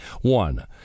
One